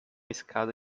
escada